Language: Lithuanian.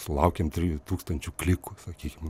sulaukėm trijų tūkstančių klikų sakykim